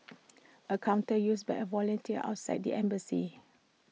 A counter used by A volunteer outside the embassy